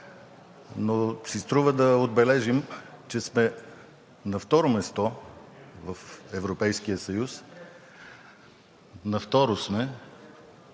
Но си струва да отбележим, че сме на второ място в Европейския съюз… ЙОРДАН